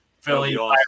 Philly